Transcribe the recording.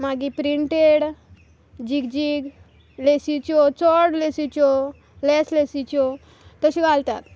मागीर प्रिन्टेड जीग जीग लेसीच्यो चड लेसीच्यो लेस लेसीच्यो तश्यो घालतात